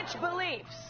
beliefs